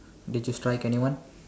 did you strike anyone